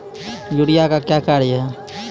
Urea का क्या कार्य हैं?